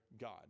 God